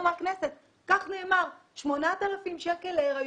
מהכנסת כך נאמר 8,000 שקל להריון.